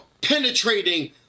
penetrating